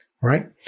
Right